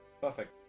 Perfect